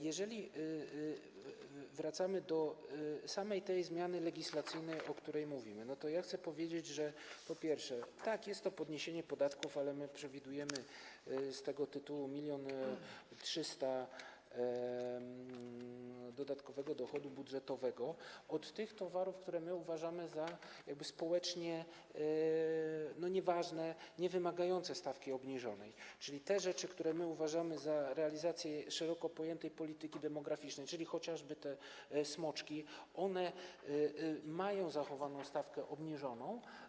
Jeżeli wracamy do samej zmiany legislacyjnej, o której mówimy, to chcę powiedzieć, że, po pierwsze, jest to podniesienie podatków - ale przewidujemy z tego tytułu 1 mln 300 dodatkowego dochodu budżetowego - od tych towarów, które uważamy za społecznie nieważne, niewymagające stawki obniżonej, czyli te rzeczy, które naszym zdaniem wiążą się z realizacją szeroko pojętej polityki demograficznej, czyli chociażby te smoczki, mają zachowaną stawkę obniżoną.